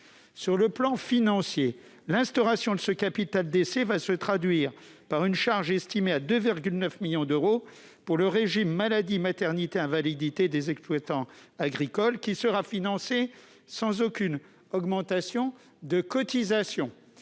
Sur le plan financier, l'instauration de ce capital décès se traduira par une charge estimée à 2,9 millions d'euros pour le régime maladie-maternité-invalidité des exploitants agricoles (Amexa), qui sera financée sans aucune augmentation de la cotisation.